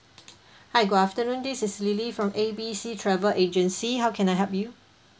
hi good afternoon this is lily from A B C travel agency how can I help you